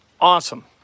Awesome